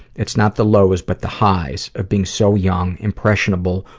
it's not the lows but the highs of being so young, impressionable,